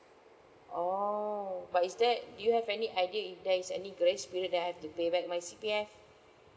orh but is there do you have any idea if there is any grace period that I have to pay back my C_P_F